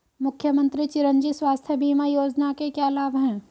मुख्यमंत्री चिरंजी स्वास्थ्य बीमा योजना के क्या लाभ हैं?